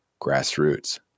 grassroots